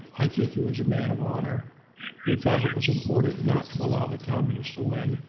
i think he was a man of honor who felt it was important not to allow the communists to win,